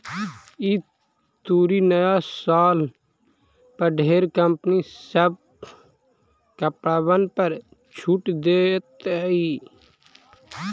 ई तुरी नया साल पर ढेर कंपनी सब कपड़बन पर छूट देतई